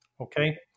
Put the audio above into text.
okay